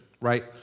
right